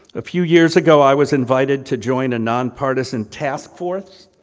a few years ago, i was invited to join a non-partisan task force,